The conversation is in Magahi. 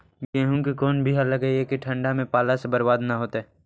गेहूं के कोन बियाह लगइयै कि ठंडा में पाला से बरबाद न होतै?